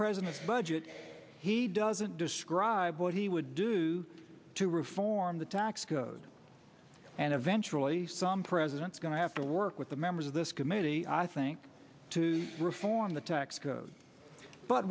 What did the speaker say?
president's budget he doesn't describe what he would do to reform the tax code and eventually some president is going to have to work with the members of this committee i think to reform the tax code but